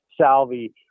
Salvi